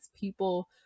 people